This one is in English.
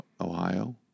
Ohio